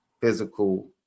physical